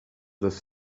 this